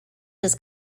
his